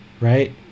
right